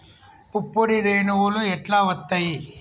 పుప్పొడి రేణువులు ఎట్లా వత్తయ్?